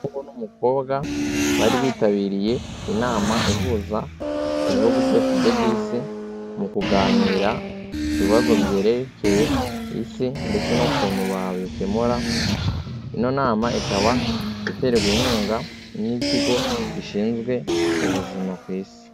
Umuhungu n'umukobwa bari bitabiriye inama ihuza ibihugu byose byo ku isi, mu kuganira ku bibazo byerekeye isi ndetse n'ukuntu babikemura, ino nama ikaba iterwa inkunga, n'ikigo gishinzwe ubuzima ku isi.